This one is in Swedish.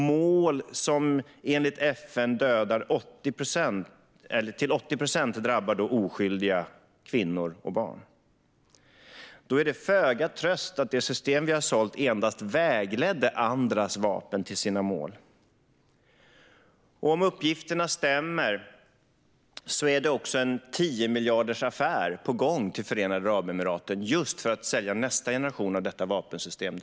Vid dessa mål drabbas enligt FN till 80 procent oskyldiga kvinnor och barn. Det är då föga tröst att det system som vi har sålt endast vägledde andras vapen till deras mål. Om uppgifterna stämmer är en 10-miljardersaffär på gång till Förenade Arabemiraten för att sälja nästa generation av detta vapensystem.